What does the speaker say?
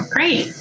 Great